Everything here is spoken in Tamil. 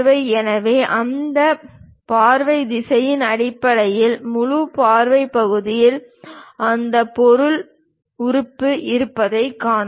எனவே அந்த பார்வை திசைகளின் அடிப்படையில் முன் பார்வை பகுதியில் அந்த பொருள் உறுப்பு இருப்பதைக் காணலாம்